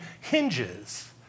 hinges